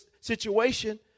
situation